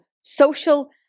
social